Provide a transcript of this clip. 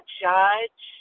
judge